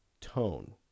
tone